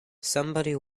somebody